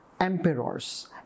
emperors